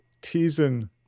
teasing